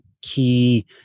key